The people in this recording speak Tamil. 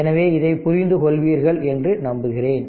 எனவே இதை புரிந்து கொள்வீர்கள் என்று நம்புகிறேன்